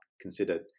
considered